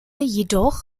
jedoch